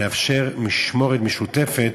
לאפשר משמורת משותפת,